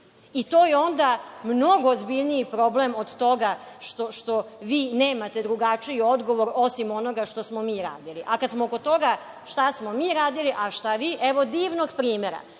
To je onda mnogo ozbiljniji problem od toga što vi nemate drugačiji odgovor osim onoga što smo mi radili. Kada smo kod toga šta smo mi radili, a šta vi, evo divnog primera.